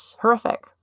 horrific